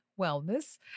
Wellness